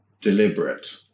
deliberate